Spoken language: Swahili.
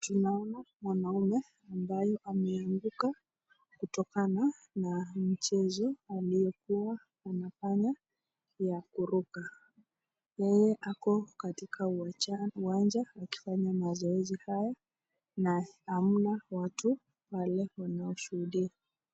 Naona mwanaume mwenye ameanguka kutokana mchezo alikuwa anafanya ya kuruka yeye ako katika uwanja akifanya mazoezi kae amna watubwale wanaosudia.